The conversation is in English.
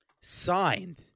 signed